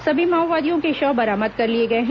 सभी माओवादियों के शव बरामद कर लिए गए हैं